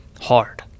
Hard